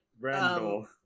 Randall